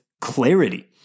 clarity